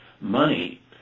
money